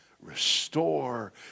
restore